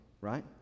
right